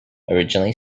originally